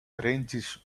ranges